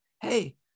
hey